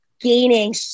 gaining